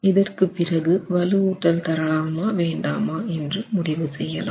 இதற்கு பிறகு வலுவூட்டல் தரலாமா வேண்டாமா என்று முடிவு செய்யலாம்